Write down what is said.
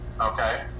Okay